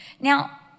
Now